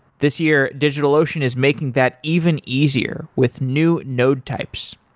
this year, digitalocean is making that even easier with new node types.